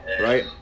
right